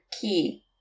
key